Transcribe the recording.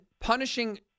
punishing